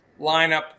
lineup